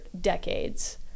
decades